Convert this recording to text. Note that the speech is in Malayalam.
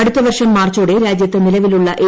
അടുത്തവർഷം മാർച്ചോടെ രാജ്യത്ത് നിലവിലുള്ള എ